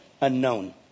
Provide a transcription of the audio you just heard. unknown